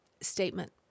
statement